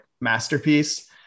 masterpiece